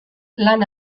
lan